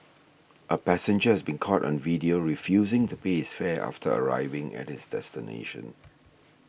a passenger has been caught on video refusing to pay his fare after arriving at his destination